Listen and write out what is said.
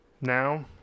now